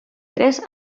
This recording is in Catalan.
tres